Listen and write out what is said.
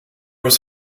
was